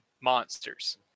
monsters